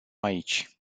aici